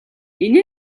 энэ